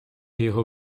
його